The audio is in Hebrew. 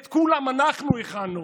את כולן אנחנו הכנו.